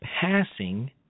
passing